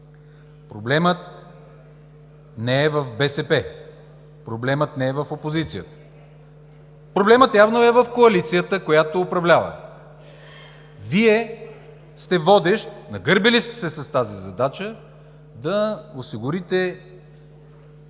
Проблемът не е в БСП, не е в опозицията. Проблемът явно е в коалицията, която управлява. Вие сте водещ, нагърбили сте се с тази задача да осигурите